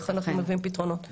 איך אנחנו מביאים פתרונות.